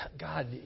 God